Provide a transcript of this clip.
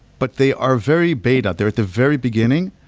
but they are very beta. they're at the very beginning,